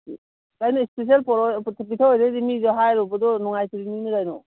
ꯑꯩꯅ ꯏꯁꯄꯤꯁꯦꯜ ꯄꯤꯊꯛ ꯑꯣꯏꯗꯣꯏꯗꯤ ꯃꯤꯗꯣ ꯍꯥꯏꯔꯨꯕꯗꯣ ꯅꯨꯡꯉꯥꯏꯇ꯭ꯔꯤꯅꯤ ꯀꯩꯅꯣ